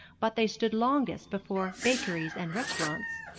but they stood longest before bakeries and restaurants.